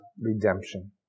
redemption